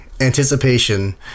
anticipation